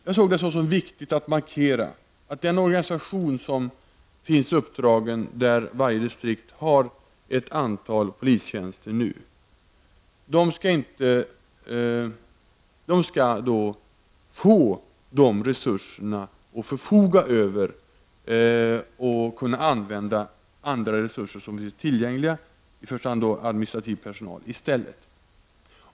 Jag såg det som viktigt att markera att den organisation som finns, där varje disktrikt har ett antal polistjänster, i stället skall få förfoga över resurserna och kunna använda andra resurser som finns tillgängliga -- i första hand administrativ personal.